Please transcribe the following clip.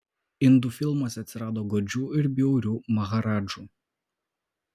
indų filmuose atsirado godžių ir bjaurių maharadžų